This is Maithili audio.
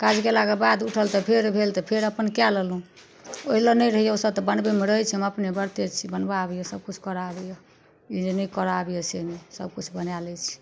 काज कयलाके बाद उठल तऽ फेर भेल तऽ फेर अपन कै लेलहुँ ओहि लऽ नहि रहैया ओसब तऽ बनबैमे रहैत छी हम अपने बड़ तेज छी बनबऽ आबैया सब किछु कर आबैया ई जे नहि कर आबैया से नहि सब किछु बने लै छी